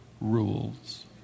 rules